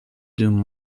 dum